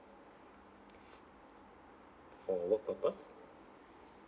for work purpose